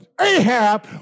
Ahab